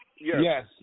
Yes